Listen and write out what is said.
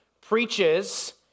preaches